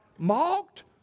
Mocked